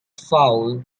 foul